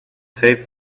save